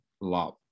love